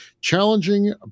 challenging